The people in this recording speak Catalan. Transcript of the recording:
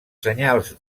senyals